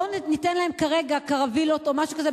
ובואו וניתן להם כרגע קרווילות או משהו כזה,